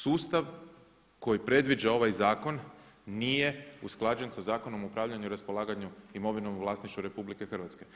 Sustav koji predviđa ovaj zakon nije usklađen sa Zakonom o upravljanju i raspolaganju imovinom u vlasništvu RH.